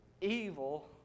evil